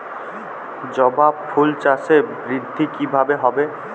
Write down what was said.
জবা ফুল চাষে বৃদ্ধি কিভাবে হবে?